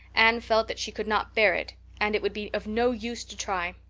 anne felt that she could not bear it and it would be of no use to try.